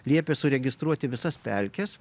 liepė suregistruoti visas pelkes